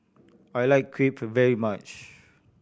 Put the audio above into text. I like Crepe very much